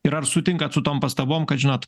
ir ar sutinkat su tom pastabom kad žinot